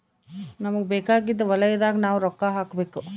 ನಮಗ ಬೇಕಾಗಿದ್ದ ವಲಯದಾಗ ನಾವ್ ರೊಕ್ಕ ಹಾಕಬೇಕು